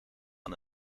aan